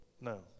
no